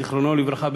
זיכרונו לברכה,